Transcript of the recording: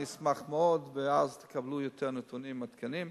אני אשמח מאוד, ואז תקבלו יותר נתונים עדכניים